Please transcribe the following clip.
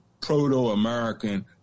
proto-American